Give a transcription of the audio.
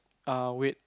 err weight